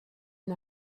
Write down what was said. and